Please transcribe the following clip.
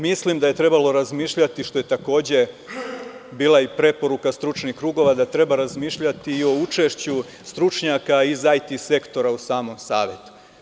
Mislim da je trebalo razmišljati, što je takođe bila i preporuka stručnih krugova da treba razmišljati o učešću stručnjaka iz IT sektora u samom Savetu.